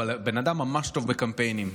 אבל הבן אדם ממש טוב בקמפיינים,